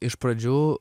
iš pradžių